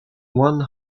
one